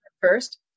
first